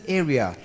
area